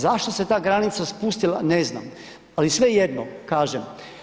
Zašto se ta granica spustila, ne znam, ali svejedno, kažem.